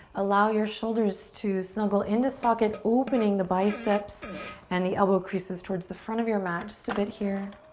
allow your shoulders to snuggle into socket, opening the biceps and the elbow creases towards the front of your mat just a bit here.